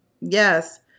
Yes